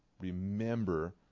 Remember